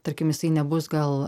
tarkim jisai nebus gal